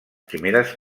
primeres